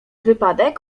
wypadek